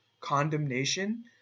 condemnation